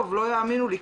טוב לא יאמינו לי,